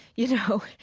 you know,